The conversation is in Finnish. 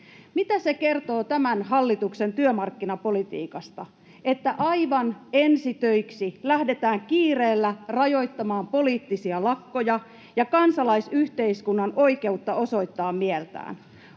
Mitä se kertoo tämän hallituksen työmarkkinapolitiikasta, että aivan ensi töiksi lähdetään kiireellä rajoittamaan poliittisia lakkoja ja kansalaisyhteiskunnan oikeutta osoittaa mieltään?